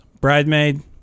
Bridemaid